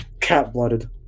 Cat-blooded